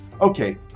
Okay